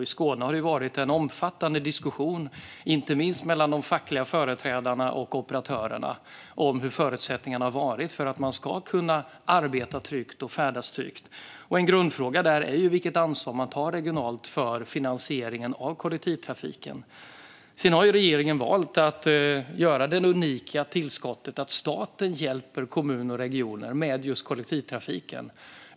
I Skåne har man fört en omfattande diskussion mellan inte minst de fackliga företrädarna och operatörerna om hur förutsättningarna har varit för att man ska kunna arbeta och färdas tryggt. En grundfråga är vilket ansvar man tar regionalt för finansieringen av kollektivtrafiken. Regeringen har valt att göra det unika tillskottet genom att staten hjälper kommuner och regioner med kollektivtrafiken.